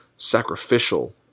Sacrificial